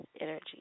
energy